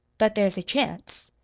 but there's a chance?